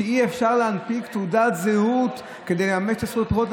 שאי-אפשר להנפיק תעודת זהות כדי לממש את זכות הבחירות?